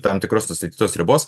tam tikros nustatytos ribos